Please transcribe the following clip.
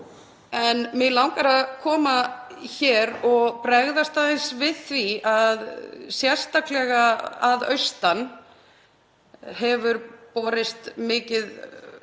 En mig langar að koma hér og bregðast aðeins við því að sérstaklega fyrir austan hefur mikið